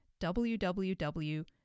www